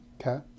okay